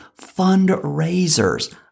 fundraisers